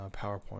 powerpoint